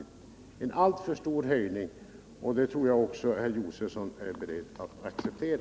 Det är en alltför stor höjning, och det tror jag också herr Josefson är beredd att acceptera.